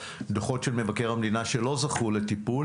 דוחות של מבקר המדינה שלא זכו לטיפול